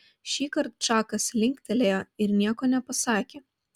šįkart čakas linktelėjo ir nieko nepasakė